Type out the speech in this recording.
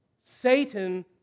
Satan